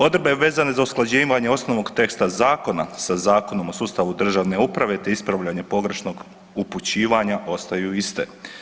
Odredbe vezane za usklađivanje osnovnog teksta zakona sa Zakonom o sustavu državne uprave te ispravljanjem pogrešnog upućivanja ostaju iste.